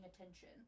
attention